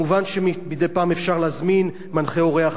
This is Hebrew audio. מובן שמדי פעם אפשר להזמין מנחה אורח,